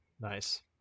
Nice